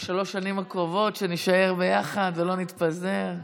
ובשלוש השנים הקרובות, שנישאר ביחד ולא נתפזר.